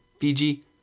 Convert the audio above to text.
Fiji